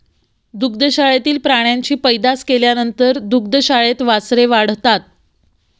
दुग्धशाळेतील प्राण्यांची पैदास केल्यानंतर दुग्धशाळेत वासरे वाढतात